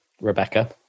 Rebecca